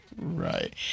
Right